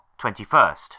21st